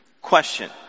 Question